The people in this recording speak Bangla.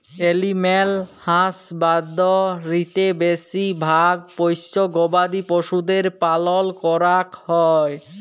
এলিম্যাল হাসবাদরীতে বেশি ভাগ পষ্য গবাদি পশুদের পালল ক্যরাক হ্যয়